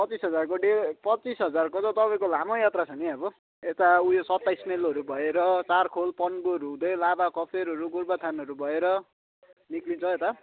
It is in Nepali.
पच्चिस हजारको डे पच्चिस हजारको त तपाईँको लामो यात्रा छ नि अब यता उयो सत्ताइस माइलहरू भएर चारखोल पन्बूहरू हुँदै लाभा कफेरहरू गोरुबथानहरू भएर निक्लिन्छ यता